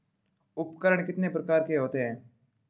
उपकरण कितने प्रकार के होते हैं?